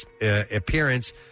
appearance